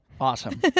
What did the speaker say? Awesome